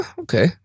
okay